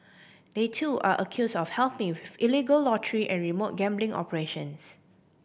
they too are accuse of helping with illegal lottery and remote gambling operations